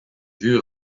vue